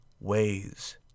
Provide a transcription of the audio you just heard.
ways